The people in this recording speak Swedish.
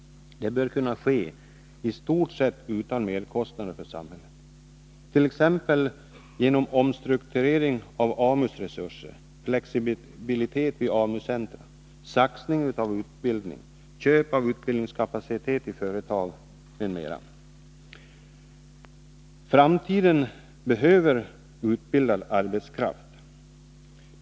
Det bör i stort sett kunna ske utan merkostnad för samhället, t.ex. genom omstrukturering av AMU:s resurser, flexibilitet vid AMU-centra, saxning av utbildning, köp av utbildningskapacitet i företag m.m. Framtiden behöver utbildad arbetskraft.